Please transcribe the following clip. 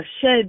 shed